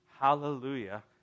Hallelujah